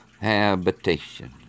habitation